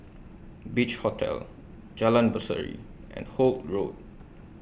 Beach Hotel Jalan Berseri and Holt Road